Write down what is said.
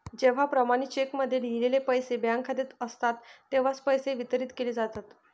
जेव्हा प्रमाणित चेकमध्ये लिहिलेले पैसे बँक खात्यात असतात तेव्हाच पैसे वितरित केले जातात